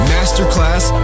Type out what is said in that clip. Masterclass